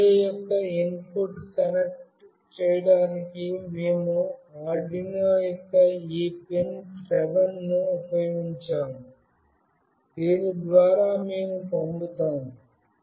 ఈ రిలే యొక్క input connect చేయడానికి మేము ఆర్డునో యొక్క ఈ PIN7 ను ఉపయోగించాము దీని ద్వారా మేము పంపుతాము